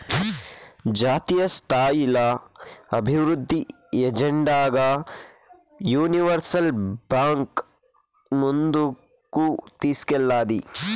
జాతీయస్థాయిల అభివృద్ధి ఎజెండాగా యూనివర్సల్ బాంక్ ముందుకు తీస్కేల్తాది